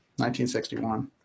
1961